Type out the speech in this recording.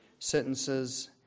sentences